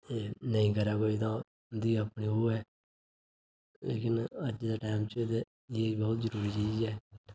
ते नेईं करै कोई तां ओह्दी अपनी ओह् ऐ लेकिन अज्ज दे टैम च ते एह् बहुत जरूरी चीज ऐ